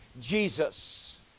Jesus